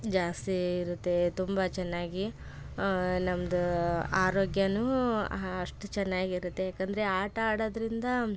ಜಾಸ್ತಿ ಇರುತ್ತೆ ತುಂಬ ಚೆನ್ನಾಗಿ ನಮ್ಮದು ಆರೋಗ್ಯನೂ ಅಷ್ಟು ಚೆನ್ನಾಗಿರುತ್ತೆ ಯಾಕಂದರೆ ಆಟ ಆಡೋದ್ರಿಂದ